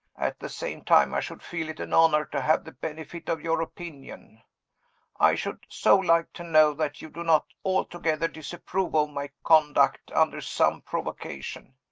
at the same time, i should feel it an honor to have the benefit of your opinion i should so like to know that you do not altogether disapprove of my conduct, under some provocation.